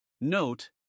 Note